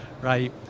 right